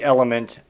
Element